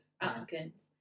applicants